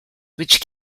which